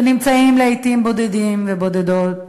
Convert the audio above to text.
שנמצאים לעתים בודדים ובודדות,